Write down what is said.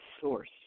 source